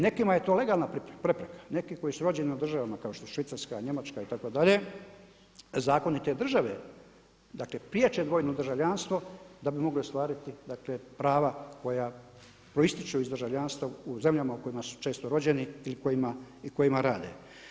Nekima je to legalna prepreka, neki koji su rođeni u državama kao što su Švicarska, Njemačka itd., zakoni te države, prije će dvojno državljanstvo, da bi mogli ostvariti prava koja proističu iz državljanstva u zemljama kojima su često rođeni i kojima rade.